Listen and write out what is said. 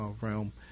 realm